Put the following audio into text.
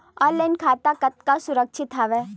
Online खाता कतका सुरक्षित हवय?